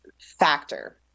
factor